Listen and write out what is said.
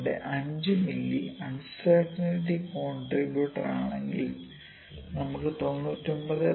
ഇവിടെ 5 milli uncertainty contributor ആണെങ്കിൽ നമുക്കു 99